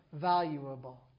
valuable